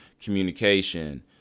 communication